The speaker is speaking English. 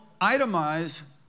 itemize